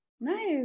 Nice